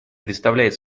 представляет